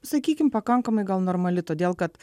sakykim pakankamai gal normali todėl kad